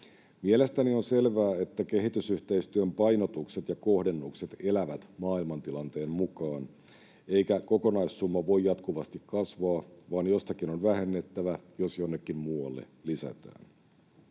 Mielestäni on selvää, että kehitysyhteistyön painotukset ja kohdennukset elävät maailmantilanteen mukaan eikä kokonaissumma voi jatkuvasti kasvaa, vaan jostakin on vähennettävä, jos jonnekin muualle lisätään.